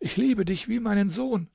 ich liebe dich wie meinen sohn